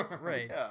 Right